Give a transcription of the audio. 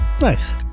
Nice